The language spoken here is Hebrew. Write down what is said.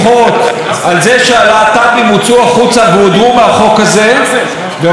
וראש הממשלה הבטיח להם כל מיני הבטחות אבל לא קיים.